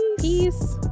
peace